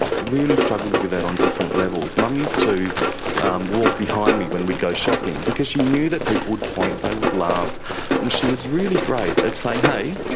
really struggled with that on different levels. mum used to walk behind me when we'd go shopping because she knew that people would point, they would laugh and she was really great at saying hey,